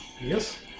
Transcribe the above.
Yes